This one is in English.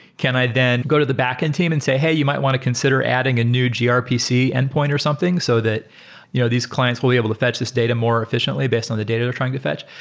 can i then go to the backend team and say, hey, you might want to consider adding a new ah grpc endpoint or something so that you know these clients will be able to fetch this data more efficiently based on the data we're trying to fetch.